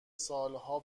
سالها